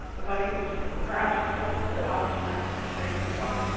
but he was perhaps in some sense out of step with his faith as well.